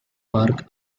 park